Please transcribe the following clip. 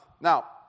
Now